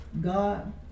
God